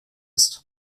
ist